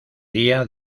día